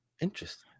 Interesting